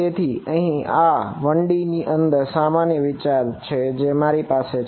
તેથી અહીં આ 1D ની અંદર સામાન્ય વિચાર છે જે મારી પાસે છે